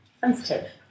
sensitive